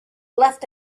left